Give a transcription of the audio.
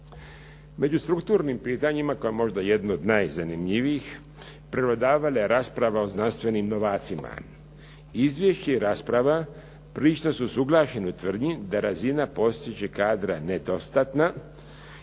Među strukturnim pitanjima kao možda jedno od najzanimljivijih prevladavala je rasprava o znanstvenim novacima. Izvješće i rasprava isto su suglašeni u tvrdnji da je razina postojećeg kadra nedostatna.